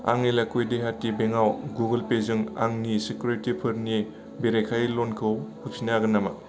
आं इल्लाक्वाय देहाटि बेंक आव गुगोल पे जों आंनि सिकिउरिटिफोरनि बेरेखायै ल'नखौ होफिन्नोनो हागोन नामा